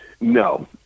No